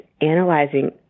analyzing